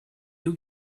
you